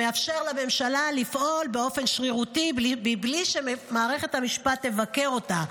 שמאפשר לממשלה לפעול באופן שרירותי מבלי שמערכת המשפט תבקר אותה,